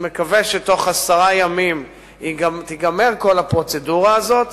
אני מקווה שבתוך עשרה ימים תיגמר כל הפרוצדורה הזאת,